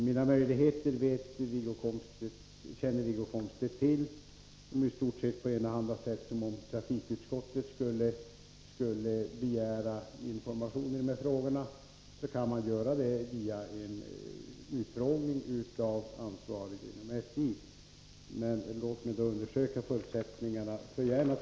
Mina möjligheter känner Wiggo Komstedt till — de är i stort sett desamma som trafikutskottet har, om det skulle vilja begära informationer i de här frågorna. Man kan göra det via en utfrågning av den ansvarige inom SJ. Låt mig undersöka förutsättningarna för detta.